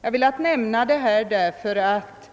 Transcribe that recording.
Jag har velat nämna detta därför att